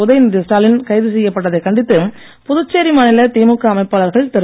உதயநிதி ஸ்டாலின் கைது செய்யப்பட்டதைக் கண்டித்து புதுச்சேரி மாநில திமுக அமைப்பாளர்கள் திரு